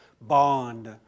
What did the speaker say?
Bond